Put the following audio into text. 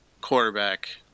quarterback